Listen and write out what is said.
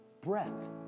breath